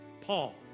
Paul